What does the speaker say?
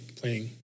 playing